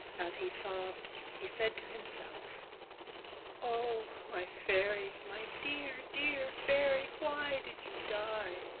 as he sobbed he said to himself oh, my fairy, my dear, dear fairy, why did you die?